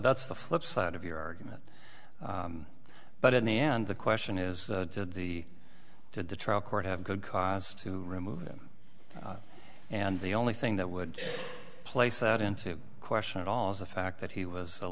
that's the flip side of your argument but in the end the question is did the did the trial court have good cause to remove him and the only thing that would place that into question at all is the fact that he was